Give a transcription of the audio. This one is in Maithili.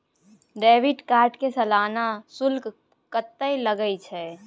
डेबिट कार्ड के सालाना शुल्क कत्ते लगे छै?